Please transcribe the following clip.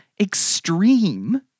extreme